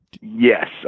Yes